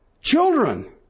children